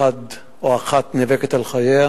אחת נאבקת על חייה,